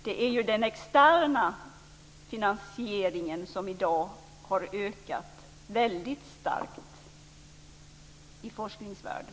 Det är den externa finansieringen som har ökat starkt i forskningsvärlden.